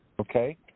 Okay